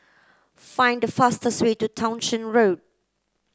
find the fastest way to Townshend Road